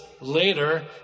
later